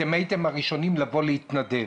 אתם הייתם הראשונים לבוא להתנדב.